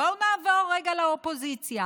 בואו נעבור רגע לאופוזיציה.